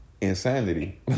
Insanity